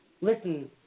Listen